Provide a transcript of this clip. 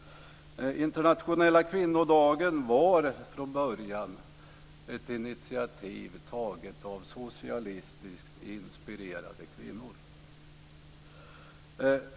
Internationella kvinnodagen var från början ett initiativ taget av socialistiskt inspirerade kvinnor.